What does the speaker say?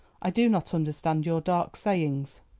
i do not understand your dark sayings.